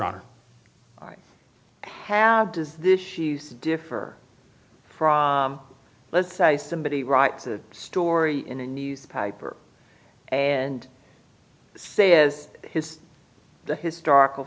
her i have does this she's differ from let's say somebody writes a story in a newspaper and say is his the historical